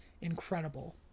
incredible